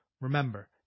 Remember